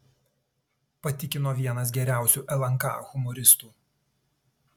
patikino vienas geriausių lnk humoristų